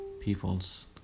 people's